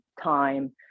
time